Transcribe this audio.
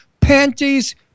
panties